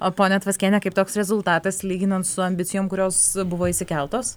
o ponia tvaskienė kaip toks rezultatas lyginant su ambicijom kurios buvo išsikeltos